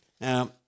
Now